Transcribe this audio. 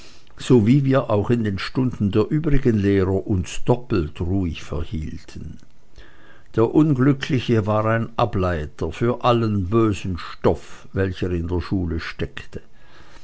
so wie wir auch in den stunden der übrigen lehrer uns doppelt ruhig verhielten der unglückliche war ein ableiter für allen bösen stoff welcher in der schule steckte